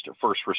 first